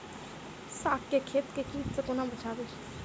साग केँ खेत केँ कीट सऽ कोना बचाबी?